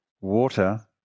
water